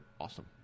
awesome